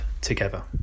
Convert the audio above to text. together